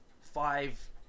five